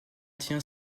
tient